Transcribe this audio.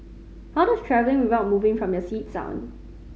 how does travelling without moving from your seat sound